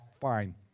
Fine